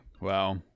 Wow